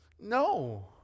no